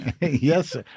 Yes